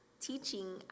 teaching